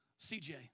CJ